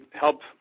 help